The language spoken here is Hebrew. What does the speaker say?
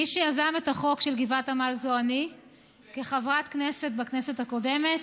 מי שיזם את החוק של גבעת עמל זה אני כחברת כנסת בכנסת הקודמת.